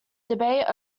debate